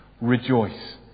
rejoice